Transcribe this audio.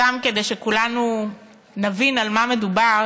סתם כדי שכולנו נבין על מה מדובר,